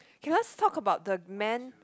k let's talk about the man